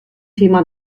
thema